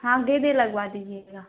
हाँ गेंदे लगवा दीजिएगा